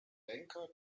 denker